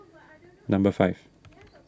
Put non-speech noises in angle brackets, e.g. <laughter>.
<noise> number five